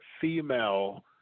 female